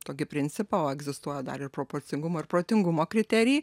tokį principą o egzistuoja dar ir proporcingumo ir protingumo kriterijai